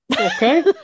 okay